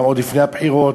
וגם עוד לפני הבחירות,